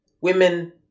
women